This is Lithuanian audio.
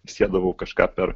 siedavau kažką per